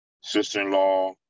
sister-in-law